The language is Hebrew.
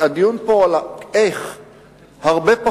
הדיון פה הוא הרבה יותר על האיך,